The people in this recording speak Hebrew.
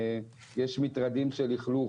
יש מטרדים של לכלול,